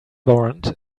warrant